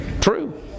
True